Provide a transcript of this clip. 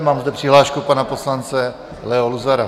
Mám zde přihlášku pana poslance Leo Luzara.